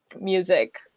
music